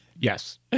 Yes